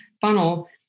funnel